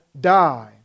die